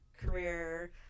career